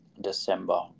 December